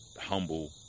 humble